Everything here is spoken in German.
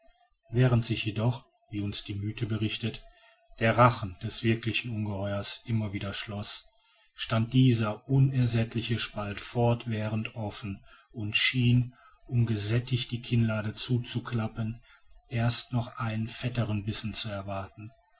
während sich jedoch wie uns die mythe berichtet der rachen des wirklichen ungeheuers immer wieder schloß stand dieser unersättliche spalt fortwährend offen und schien um gesättigt die kinnladen zuzuklappen erst noch einen fetteren bissen zu erwarten